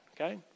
Okay